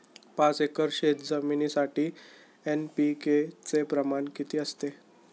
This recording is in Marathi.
पाच एकर शेतजमिनीसाठी एन.पी.के चे प्रमाण किती असते?